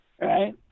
Right